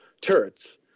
turrets